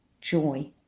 joy